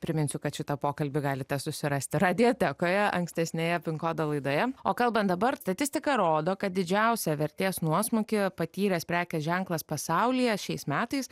priminsiu kad šitą pokalbį galite susirasti radiotekoje ankstesnėje pin kodo laidoje o kalbant dabar statistika rodo kad didžiausią vertės nuosmukį patyręs prekės ženklas pasaulyje šiais metais